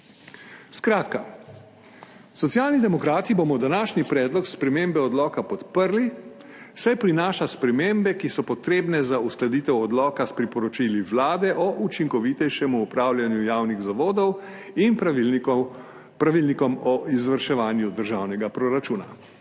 Skratka, Socialni demokrati bomo današnji predlog spremembe odloka podprli, saj prinaša spremembe, ki so potrebne za uskladitev odloka s priporočili Vlade o učinkovitejšem upravljanju javnih zavodov in pravilnikom o izvrševanju državnega proračuna.